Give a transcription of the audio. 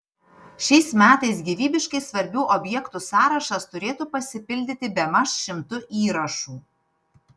šiais metais gyvybiškai svarbių objektų sąrašas turėtų pasipildyti bemaž šimtu įrašų